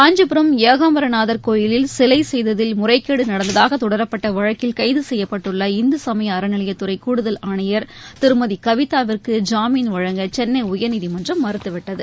காஞ்சிபுரம் ஏகாம்பரநாதர் கோவிலில் சிலை செய்ததில் முறைகேடு நடந்ததாக தொடரப்பட்ட வழக்கில் கைது செய்யப்பட்டுள்ள இந்து சமய அறநிலையத்துறை கூடுதல் ஆணையர் திருமதி கவிதாவிற்கு ஜாமீன் வழங்க சென்னை உயர்நீதிமன்றம் மறுத்துவிட்டது